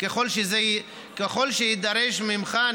ככל שיידרש ממך,